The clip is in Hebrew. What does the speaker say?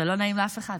זה לא נעים לאף אחד.